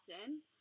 often